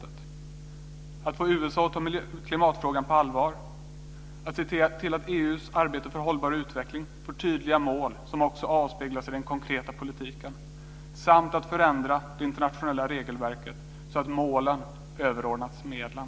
Det gäller att få USA att ta klimatfrågan på allvar, att se till att EU:s arbete för hållbar utveckling får tydliga mål som också avspeglas i den konkreta politiken samt att förändra det internationella regelverket så att målen överordnas medlen.